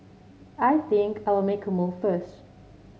I think I'll make a move first